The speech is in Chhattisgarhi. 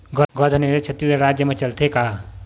गौधन योजना छत्तीसगढ़ राज्य मा चलथे का?